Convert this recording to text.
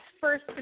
first